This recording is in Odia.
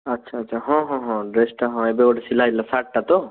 ଆଚ୍ଛା ଆଚ୍ଛା ହଁ ହଁ ହଁ ଡ୍ରେସ୍ଟା ହଁ ଏବେ ଗୋଟେ ସିଲାଇଲା ସାର୍ଟଟା ତ